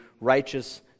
righteous